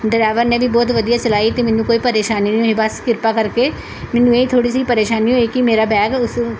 driver ਨੇ ਵੀ ਬਹੁਤ ਵਧੀਆ ਚਲਾਈ ਅਤੇ ਮੈਨੂੰ ਕੋਈ ਪਰੇਸ਼ਾਨੀ ਨਹੀਂ ਹੋਈ ਬਸ ਕਿਰਪਾ ਕਰਕੇ ਮੈਨੂੰ ਇਹ ਥੋੜ੍ਹੀ ਸੀ ਪਰੇਸ਼ਾਨੀ ਹੋਈ ਕਿ ਮੇਰਾ ਬੈਗ ਉਸ